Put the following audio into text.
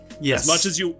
Yes